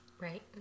right